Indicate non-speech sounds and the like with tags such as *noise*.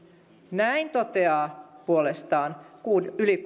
näin toteaa puolestaan yli *unintelligible*